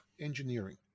engineering